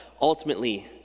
ultimately